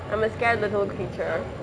I'm a scared little creature